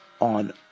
on